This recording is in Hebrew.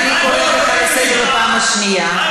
אני קוראת אותך לסדר בפעם השנייה.